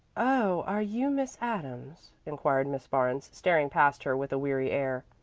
oh, are you miss adams? inquired miss barnes, staring past her with a weary air.